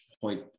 point